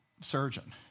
surgeon